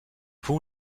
fue